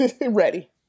ready